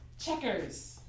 checkers